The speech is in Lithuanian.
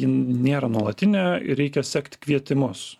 ji nėra nuolatinė ir reikia sekt kvietimus